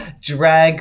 drag